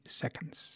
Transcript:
seconds